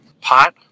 Pot